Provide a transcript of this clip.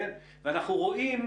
ואנחנו רואים,